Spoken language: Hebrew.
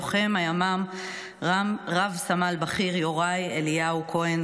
לוחם הימ"מ רב-סמל בכיר יוראי אליהו כהן,